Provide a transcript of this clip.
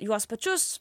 juos pačius